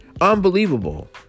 Unbelievable